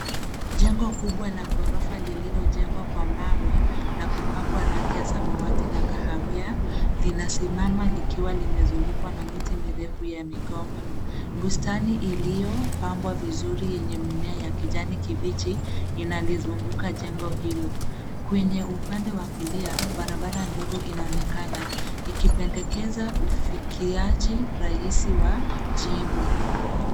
Jengo kubwa la ghorofa lililo jengwa kwa mawe na kupwa rangi ya samawati na kahawia, linasimama likiwa limezungukwa na miti mirefu ya migomba. Bustani iliopambwa vizuri enye mimea ya kijani kibichi inalizunguka jengo hilo. Kwenye upande wa kulia barabara ndogo inaonekana ikipendekeza ufikiaji rahizi wa jengo.